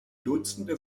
dutzende